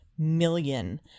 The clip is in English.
million